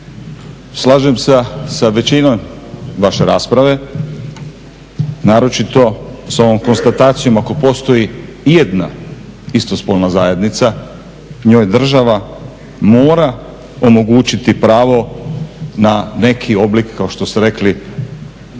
Slažem se sa većinom vaše rasprave naročito sa ovom konstatacijom ako postoj ijedna istospolna zajednica njoj država mora omogućiti pravo na neki oblik, kao što ste rekli,